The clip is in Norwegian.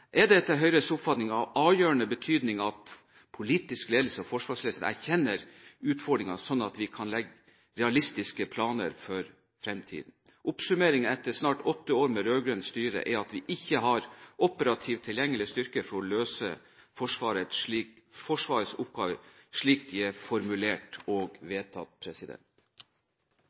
er det etter Høyres oppfatning av avgjørende betydning at politisk ledelse og forsvarsledelsen erkjenner utfordringen, slik at vi kan legge realistiske planer for fremtiden. Oppsummeringen etter snart åtte år med rød-grønt styre er at vi ikke har operativ, tilgjengelig styrke for å løse Forsvarets oppgaver, slik de er formulert og vedtatt.